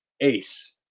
ace